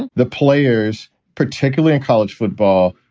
the players, particularly in college football,